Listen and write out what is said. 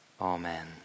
amen